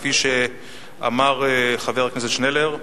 כפי שאמר חבר הכנסת שנלר,